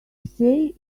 say